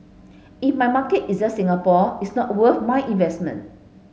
if my market is just Singapore it's not worth my investment